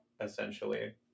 essentially